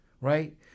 right